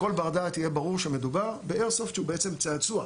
לכל בר דעת יהיה ברור שמדובר באיירסופט שהוא בעצם צעצוע,